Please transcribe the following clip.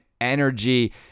energy